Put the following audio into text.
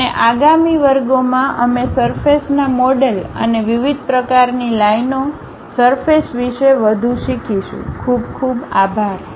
અને આગામી વર્ગોમાં અમે સરફેસના મોડલ અને વિવિધ પ્રકારની લાઇનો સરફેસ વિશે વધુ શીખીશું ખુબ ખુબ આભાર